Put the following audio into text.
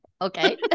Okay